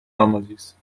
almalıyız